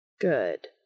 Good